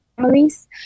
families